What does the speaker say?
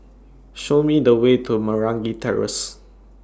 Show Me The Way to Meragi Terrace